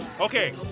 okay